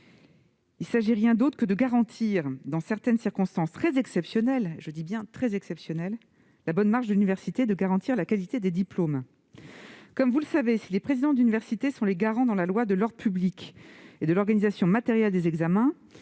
ici, de rien d'autre que de garantir, dans certaines circonstances très exceptionnelles- je dis bien très exceptionnelles -, la bonne marche de l'université et la qualité des diplômes. Si, comme vous le savez, les présidents d'université sont les garants, dans la loi, de l'ordre public et de l'organisation matérielle des examens,